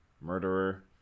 murderer